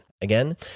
Again